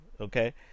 okay